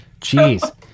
Jeez